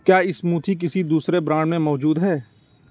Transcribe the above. کیا اسموتھی کسی دوسرے برانڈ میں موجود ہے